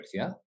universidad